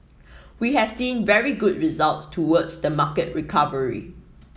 we have seen very good results towards the market recovery